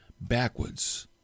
backwards